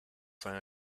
find